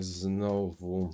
znowu